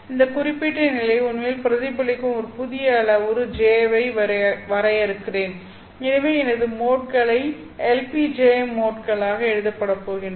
இந்த குறிப்பிட்ட நிலையை உண்மையில் பிரதிபலிக்கும் ஒரு புதிய அளவுரு j ஐ வரையறுக்கிறேன் எனவே எனது மோட்களை LPjm மோட்களாக எழுதப்பட போகின்றன